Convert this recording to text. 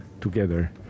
together